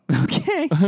Okay